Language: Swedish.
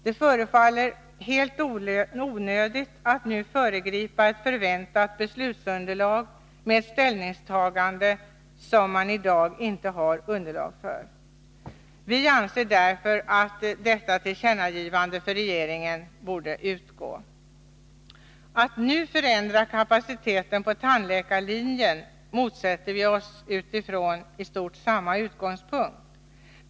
Det förefaller helt onödigt att nu föregripa ett förväntat beslutsunderlag med ett ställningstagande som i dag saknar underlag. Vi anser därför att detta tillkännagivande för regeringen borde utgå. Att nu förändra kapaciteten på tandläkarlinjen motsätter vi oss utifrån i stort samma utgångspunkt.